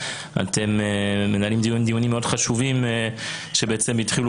אתם מנהלים דיונים מאוד חשובים שהתחילו